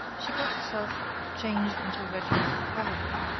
she got herself changed into a regiment of cavalry,